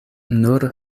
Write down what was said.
nur